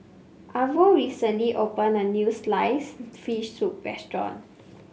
Arvo recently opened a new sliced fish soup restaurant